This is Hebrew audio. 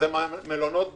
אלה מלונות בודדים,